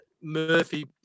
Murphy